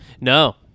No